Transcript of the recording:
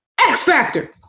X-factor